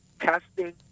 testing